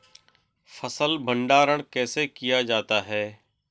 फ़सल भंडारण कैसे किया जाता है?